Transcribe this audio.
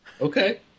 Okay